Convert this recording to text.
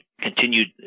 continued